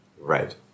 right